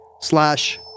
slash